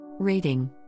Rating